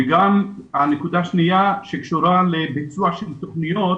והנקודה השנייה קשורה לביצוע של תוכניות